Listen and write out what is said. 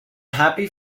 happy